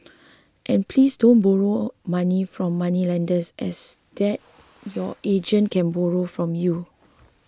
and please don't borrow money from moneylenders as there your agent can borrow from you